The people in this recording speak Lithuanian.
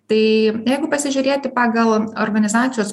tai jeigu pasižiūrėti pagal organizacijos